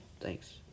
Thanks